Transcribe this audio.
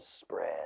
spread